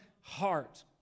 heart